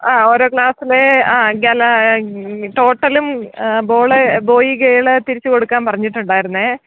ആ ഓരോ ക്ലാസ്സിലേ ആ ഗെലാ ടോട്ടലും ബോള് ബോയ് ഗേള് തിരിച്ച് കൊടുക്കാൻ പറഞ്ഞിട്ടുണ്ടായിരുന്നു